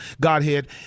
Godhead